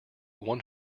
one